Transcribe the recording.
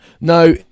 No